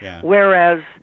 Whereas